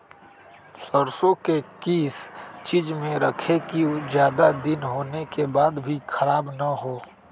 सरसो को किस चीज में रखे की ज्यादा दिन होने के बाद भी ख़राब ना हो?